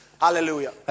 Hallelujah